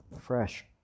fresh